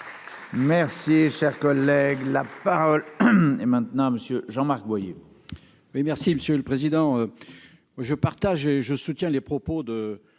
merci, cher collègue là. Parole est maintenant monsieur Jean Marc Boyer. Merci Monsieur le Président, je partage et je soutiens les propos de